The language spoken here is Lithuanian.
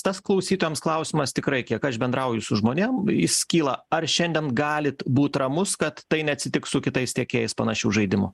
tas klausytojams klausimas tikrai kiek aš bendrauju su žmonėm jis kyla ar šiandien galit būt ramus kad tai neatsitiks su kitais tiekėjais panašių žaidimų